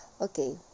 okay